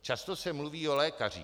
Často se mluví o lékařích.